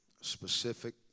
specific